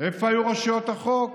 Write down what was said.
איפה היו רשויות החוק,